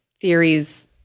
theories